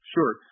Sure